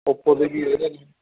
Oppo ਦੇ ਵੀ ਹੈਗੇ ਨੇ